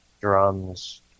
drums